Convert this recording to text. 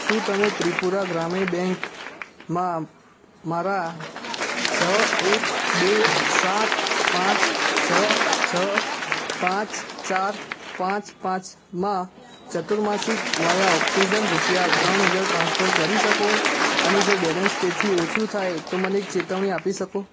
શું તમે ત્રિપુરા ગ્રામીણ બેંકમાં મારા છ એક બે સાત પાંચ છ છ પાંચ ચાર પાંચ પાંચમાં ચતુર્માસિક વાયા ઓક્સિજન રૂપિયા ત્રણ હજાર ટ્રાન્સફર કરી શકો અને જો બૅલેન્સ તેથી ઓછું થાય તો મને એક ચેતવણી આપી શકો